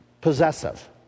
possessive